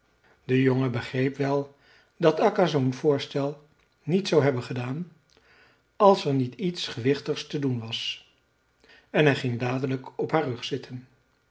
de jongen begreep wel dat akka zoo'n voorstel niet zou hebben gedaan als er niet iets gewichtigs te doen was en hij ging dadelijk op haar rug zitten